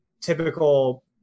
typical